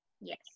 Yes